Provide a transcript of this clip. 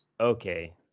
Okay